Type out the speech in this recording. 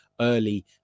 early